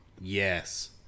Yes